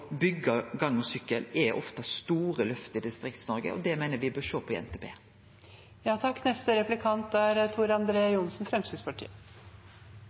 gang- og sykkelvegar ofte er store løft i Distrikts-Noreg, og det meiner eg me bør sjå på i